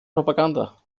propaganda